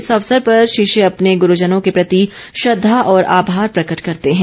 इस अवसर पर शिष्य अपने गुरूजनों के प्रति श्रद्धा और आभार प्रकट करते हैं